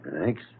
thanks